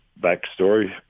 backstory